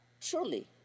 truly